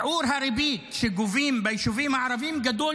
שיעור הריבית שגובים ביישובים הערביים גדול